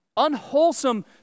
unwholesome